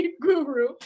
guru